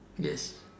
yes